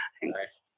Thanks